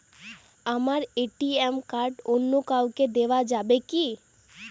আমার ATM card অন্য কাউকে দেওয়া যাবে কি?